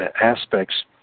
aspects